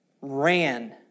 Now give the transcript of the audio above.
ran